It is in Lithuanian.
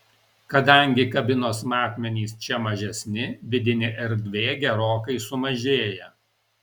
kadangi kabinos matmenys čia mažesni vidinė erdvė gerokai sumažėja